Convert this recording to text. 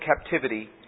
captivity